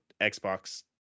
Xbox